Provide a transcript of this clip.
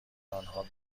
آنها